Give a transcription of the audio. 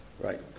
right